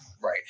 Right